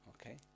Okay